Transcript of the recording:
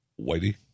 Whitey